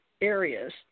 areas